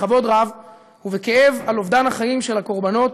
בכבוד רב ובכאב על אובדן החיים של הקורבנות